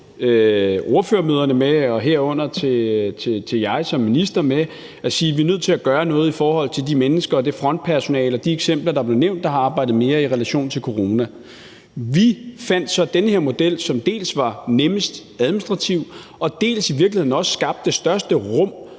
ordførermøderne med, herunder til mig som minister, nemlig at sige, at vi er nødt til at gøre noget i forhold til de mennesker og det frontpersonale, der er blevet nævnt som eksempler, og som har arbejdet mere i relation til corona. Vi fandt så den her model, som dels var nemmest administrativt, dels i virkeligheden også skabte det største rum